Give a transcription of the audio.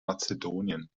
mazedonien